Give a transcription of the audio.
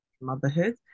motherhood